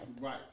Right